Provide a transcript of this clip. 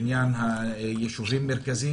יישובים מרכזיים,